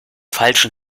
falschen